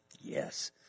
yes